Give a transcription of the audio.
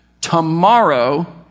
tomorrow